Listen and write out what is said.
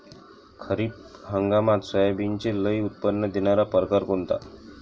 खरीप हंगामात सोयाबीनचे लई उत्पन्न देणारा परकार कोनचा?